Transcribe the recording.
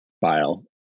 file